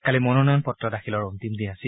কালি মনোনয়নপত্ৰ দাখিলৰ অন্তিম দিন আছিল